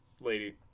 lady